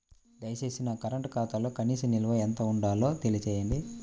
దయచేసి నా కరెంటు ఖాతాలో కనీస నిల్వ ఎంత ఉండాలో తెలియజేయండి